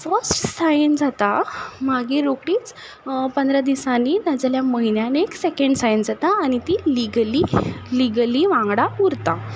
first सायन जाता मागीर रोकडीच पंदरा दिसांनी जाल्यार म्हयन्यान एक सेकँड सायन जाता आनी तीं लिगली लिगली वांगडा उरता